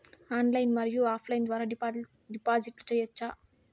Online మరియు offline ద్వారా డిపాజిట్లు సేయొచ్చా?